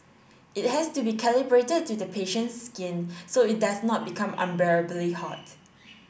it has to be calibrated to the patient's skin so it does not become unbearably hot